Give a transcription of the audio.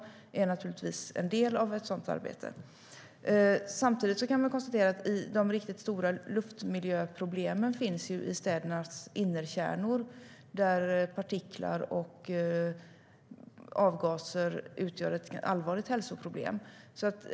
Detta är naturligtvis en del av ett sådant arbete. Samtidigt kan vi konstatera att de riktigt stora luftmiljöproblemen finns i städernas innerkärnor, där partiklar och avgaser utgör ett allvarligt hälsoproblem.